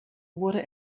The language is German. wurde